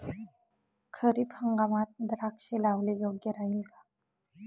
खरीप हंगामात द्राक्षे लावणे योग्य राहिल का?